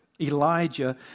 Elijah